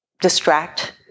distract